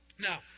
Now